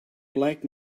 black